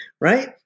right